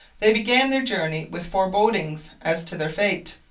they began their journey with forebodings as to their fate,